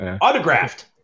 autographed